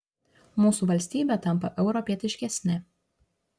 mūsų valstybė tampa europietiškesne